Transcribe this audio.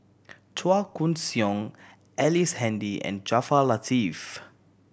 Chua Koon Siong Ellice Handy and Jaafar Latiff